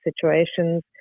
situations